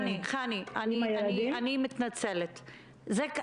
חני, אני מתנצלת, זה עלה.